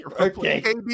Okay